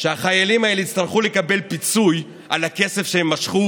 שהחיילים האלה יצטרכו לקבל פיצוי על הכסף שהם משכו